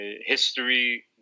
History